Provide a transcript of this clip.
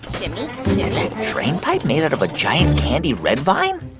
shimmy is that drain pipe made out of a giant candy red vine?